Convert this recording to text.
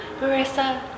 Marissa